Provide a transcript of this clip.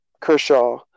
Kershaw